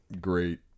great